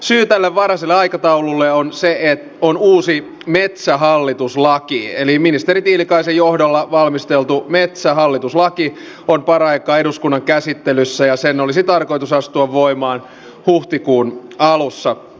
syy tälle varhaiselle aikataululle on se että on uusi metsähallituslaki eli ministeri tiilikaisen johdolla valmisteltu metsähallituslaki on paraikaa eduskunnan käsittelyssä ja sen olisi tarkoitus astua voimaan huhtikuun alussa